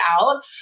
out